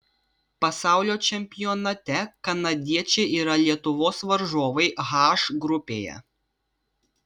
pasaulio čempionate kanadiečiai yra lietuvos varžovai h grupėje